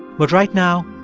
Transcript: but right now,